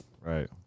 Right